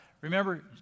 remember